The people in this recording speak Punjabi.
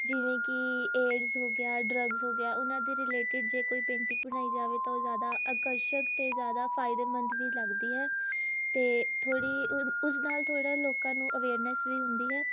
ਜਿਵੇਂ ਕਿ ਏਡਜ਼ ਹੋ ਗਿਆ ਡਰੱਗਜ਼ ਹੋ ਗਿਆ ਉਹਨਾਂ ਦੇ ਰਿਲੇਟਿਡ ਜੇ ਕੋਈ ਪੇਂਟਿੰਗ ਬਣਾਈ ਜਾਵੇ ਤਾਂ ਉਹ ਜ਼ਿਆਦਾ ਆਕਰਸ਼ਕ ਅਤੇ ਜ਼ਿਆਦਾ ਫਾਇਦੇਮੰਦ ਵੀ ਲੱਗਦੀ ਹੈ ਅਤੇ ਥੋੜ੍ਹੀ ਉਸ ਨਾਲ ਥੋੜ੍ਹਾ ਲੋਕਾਂ ਨੂੰ ਅਵੇਅਰਨੇਸ ਵੀ ਹੁੰਦੀ ਹੈ